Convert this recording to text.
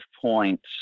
points